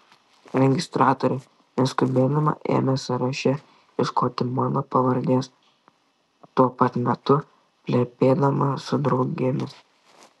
registratorė neskubėdama ėmė sąraše ieškoti mano pavardės tuo pat metu plepėdama su draugėmis